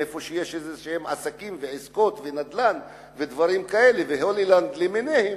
במקומות שיש עסקים ועסקות ונדל"ן ו"הולילנד" למיניהם,